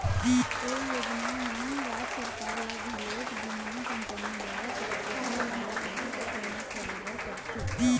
ए योजना म राज सरकार ल घलोक बीमा कंपनी ल सब्सिडी वाला पइसा जमा करे बर परथे